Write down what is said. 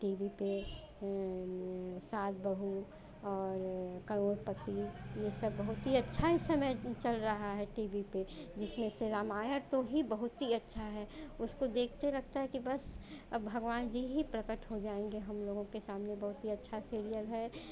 T V पर सास बहु और करोड़पति यह सब बहुत ही अच्छा इस समय चल रहा है टी वी पर जिसमें से रामायण तो ही बहुत ही अच्छा है उसको देख कर लगता है के बस भगवान जी ही प्रकट हो जाएँगे हम लोगों के सामने बहुत ही अच्छा सवीयर है